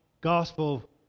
gospel